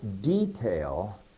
detail